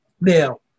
Now